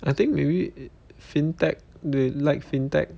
I think maybe fintech like fintech